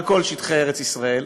על כל שטחי ארץ-ישראל,